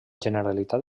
generalitat